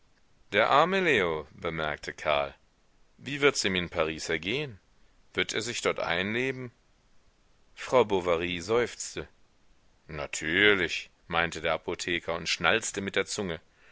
der arme leo bemerkte karl wie wirds ihm in paris ergehen wird er sich dort einleben frau bovary seufzte natürlich meinte der apotheker und schnalzte mit der zunge